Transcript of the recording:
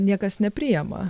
niekas nepriema